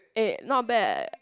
eh not bad